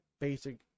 basic